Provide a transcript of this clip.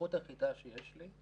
והסמכות היחידה שיש לי היא